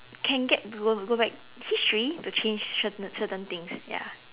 can get go to go back history to change certain certain things ya